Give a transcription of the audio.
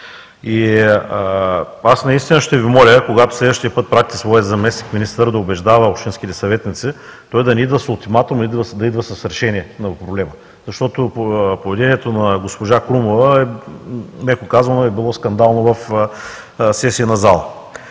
аз наистина ще Ви моля когато следващия път пратите своя заместник-министър да убеждава общинските съветници, той да не идва с ултиматум, а да идва с решение на проблема, защото поведението на госпожа Крумова е меко казано е било скандално в сесия на залата.